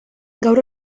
gaur